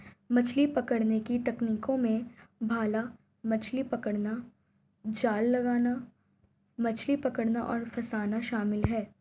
मछली पकड़ने की तकनीकों में भाला मछली पकड़ना, जाल लगाना, मछली पकड़ना और फँसाना शामिल है